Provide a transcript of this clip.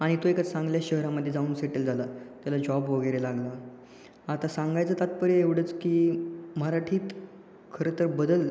आणि तो एका चांगल्या शहरामध्ये जाऊन सेटल झाला त्याला जॉब वगैरे लागला आता सांगायचं तात्पर्य एवढंच की मराठीत खरं तर बदल